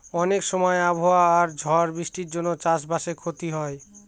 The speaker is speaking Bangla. অনেক সময় আবহাওয়া আর ঝড় বৃষ্টির জন্য চাষ বাসে ক্ষতি হয়